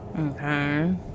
Okay